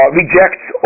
rejects